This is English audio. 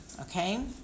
Okay